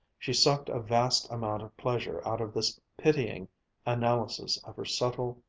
she sucked a vast amount of pleasure out of this pitying analysis of her subtle,